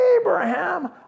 Abraham